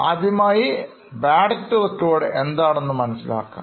ആദ്യമായി Bad debt recovered എന്താണെന്ന് മനസ്സിലാക്കാം